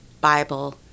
Bible